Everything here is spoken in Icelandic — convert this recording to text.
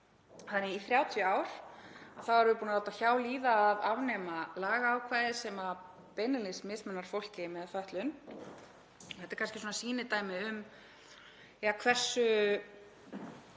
1994. Í 30 ár erum við búin að láta hjá líða að afnema lagaákvæði sem beinlínis mismuna fólki með fötlun. Þetta er kannski svona sýnidæmi um hversu